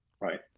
Right